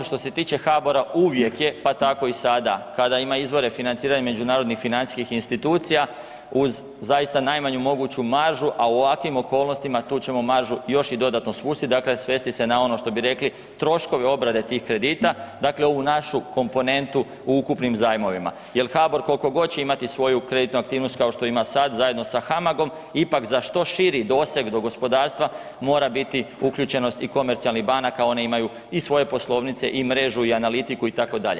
Što se tiče HBOR-a uvijek je pa tako i sada kada ima izbore financiranja međunarodnih financijskih institucija uz zaista najmanju moguću maržu, a u ovakvim okolnostima tu ćemo maržu još i dodatno spustiti, dakle svesti se na ono što bi rekli troškove obrade tih kredita, dakle ovu našu komponentu u ukupnim zajmovima jer HBOR koliko god će imati svoju kreditnu aktivnost kao što ima sada zajedno sa HAMAG-om ipak za što širi doseg do gospodarstva mora biti uključenost i komercijalnih banaka one imaju i svoje poslovnice i mrežu i analitiku itd.